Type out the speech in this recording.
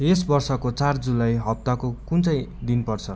यस वर्षको चार जुलाई हप्ताको कुन चाहिँ दिन पर्छ